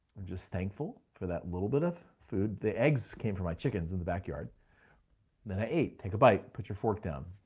i'm just thankful for that little bit of food. the eggs came from my chickens in the backyard and then i ate. take a bite, put your fork down,